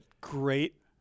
great